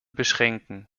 beschränken